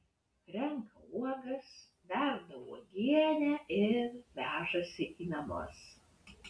renka uogas verda uogienę ir vežasi į namus